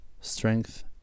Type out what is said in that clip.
strength